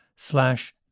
Slash